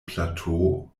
plateau